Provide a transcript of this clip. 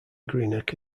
greenock